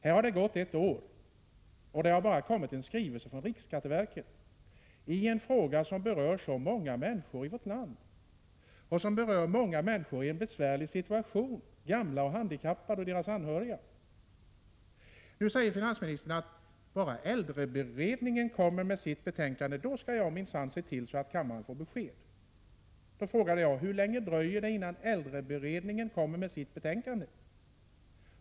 Det har nu under ett år bara kommit en skrivelse från riksskatteverket i en fråga som berör så många människor i en besvärlig situation — gamla, handikappade och deras anhöriga. Finansministern säger nu att bara äldreberedningen kommer med sitt betänkande skall han minsann se till att kammaren får besked. Jag frågar då hur länge det dröjer innan äldreberedningen kommer med sitt betänkande.